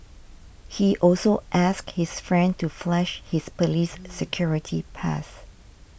he also asked his friend to flash his police security pass